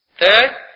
third